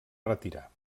retirar